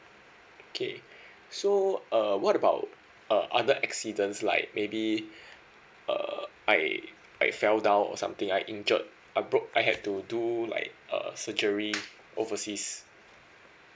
okay so uh what about uh other accidents like maybe uh I I fell down or something I injured I broke I have to do like uh surgery overseas